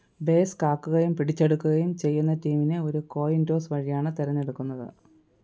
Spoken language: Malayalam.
ബേസ് കാക്കുകയും പിടിച്ചെടുക്കുകയും ചെയ്യുന്ന ടീമിനെ ഒരു കോയിൻ ടോസ് വഴിയാണ് തെരഞ്ഞെടുക്കുന്നത്